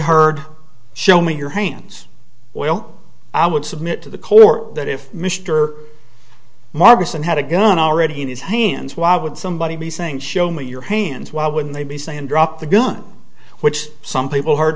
heard show me your hands well i would submit to the court that if mr marson had a gun already in his hands why would somebody be saying show me your hands why wouldn't they be saying drop the gun which some people hear